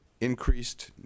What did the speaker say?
increased